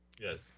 Yes